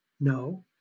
No